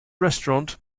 restaurant